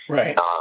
Right